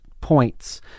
points